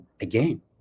again